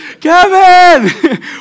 Kevin